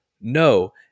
no